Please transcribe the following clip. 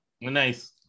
Nice